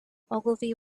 ogilvy